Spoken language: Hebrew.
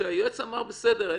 היועץ אמר בסדר,